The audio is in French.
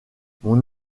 mon